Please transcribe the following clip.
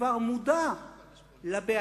שכבר מודע לבעיות,